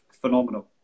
phenomenal